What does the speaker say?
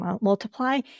multiply